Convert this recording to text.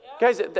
Guys